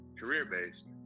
career-based